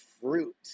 fruit